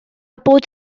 bod